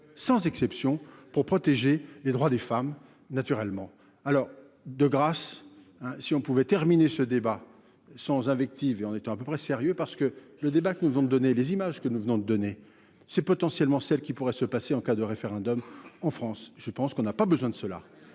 sans exception, pour protéger les droits des femmes, naturellement, alors de grâce, si on pouvait terminer ce débat sans invectives et on était à peu près sérieux parce que le débat que nous vous me donner les images que nous venons de donner, c'est potentiellement celle qui pourrait se passer en cas de référendum en France, je pense qu'on n'a pas besoin de cela